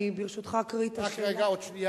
אני, ברשותך, אקריא את השאלה, רק רגע, עוד שנייה.